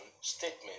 statement